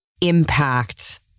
impact